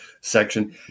section